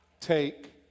take